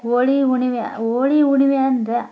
ಹೋಳಿ ಹುಣ್ಣಿಮೆ ಹೋಳಿ ಹುಣ್ಣಿಮೆ ಅಂದರೆ